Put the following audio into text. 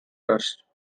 trust